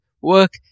work